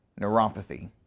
neuropathy